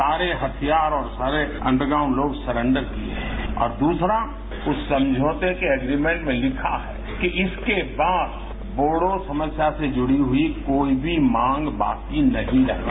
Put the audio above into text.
सारे हथियार और सारे अंजरग्राउंड लोग सरेंडर किए हैं और दूसरा उस समझौते के एग्रीमेंट में लिखा है कि इसके बाद बोडो समस्या से जुझी हुई कोई मांग बाकी नहीं रहेगी